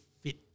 fit